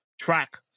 Track